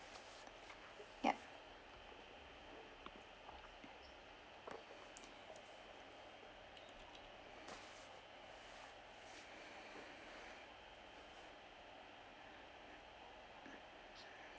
ya